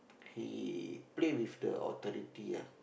he play with the authority ah